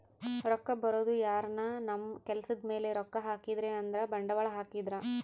ರೊಕ್ಕ ಬರೋದು ಯಾರನ ನಮ್ ಕೆಲ್ಸದ್ ಮೇಲೆ ರೊಕ್ಕ ಹಾಕಿದ್ರೆ ಅಂದ್ರ ಬಂಡವಾಳ ಹಾಕಿದ್ರ